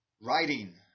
writing